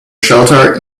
shelter